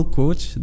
coach